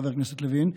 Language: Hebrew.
חבר הכנסת לוין,